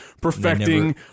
perfecting